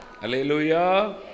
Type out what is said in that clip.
Hallelujah